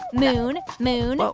moon, moon,